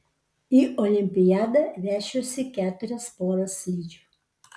į olimpiadą vešiuosi keturias poras slidžių